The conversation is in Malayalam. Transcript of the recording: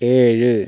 ഏഴ്